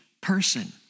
person